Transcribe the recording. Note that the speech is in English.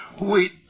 Wait